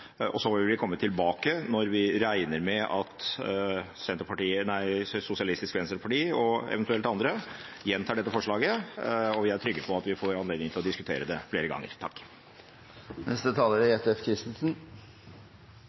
Så vil vi komme tilbake når – regner vi med – Sosialistisk Venstreparti og eventuelt andre gjentar dette forslaget, og vi er trygge på at vi får anledning til å diskutere det